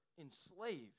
enslaved